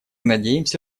надеемся